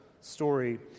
story